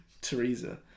Teresa